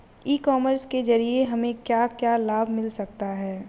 ई commerce के ज़रिए हमें क्या क्या लाभ मिल सकता है?